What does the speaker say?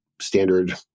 standard